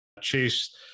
Chase